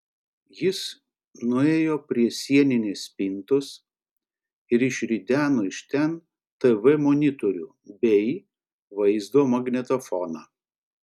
jis nuėjo prie sieninės spintos ir išrideno iš ten tv monitorių bei vaizdo magnetofoną